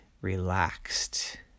relaxed